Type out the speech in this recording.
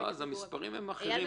המספרים הם אחרים.